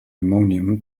ammonium